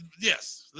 Yes